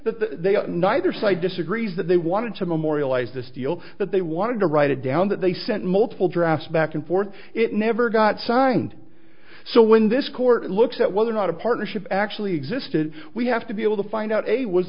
that neither side disagrees that they wanted to memorialize this deal that they wanted to write it down that they sent multiple drafts back and forth it never got signed so when this court looks at whether or not a partnership actually existed we have to be able to find out a was